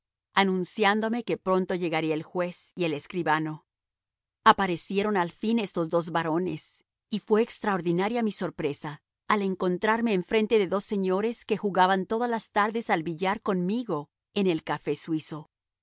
anunciándome que pronto llegaría el juez y el escribano aparecieron al fin estos dos varones y fue extraordinaria mi sorpresa al encontrarme enfrente de dos señores que jugaban todas las tardes al billar conmigo en el café suizo